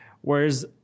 whereas